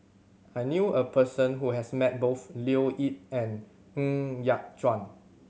I knew a person who has met both Leo Yip and Ng Yat Chuan